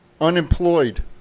unemployed